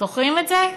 זוכרים את זה?